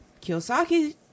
Kiyosaki